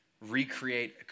Recreate